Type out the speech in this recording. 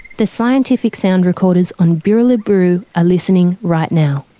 the scientific sound recorders on birriliburu are listening right now.